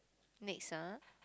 next ah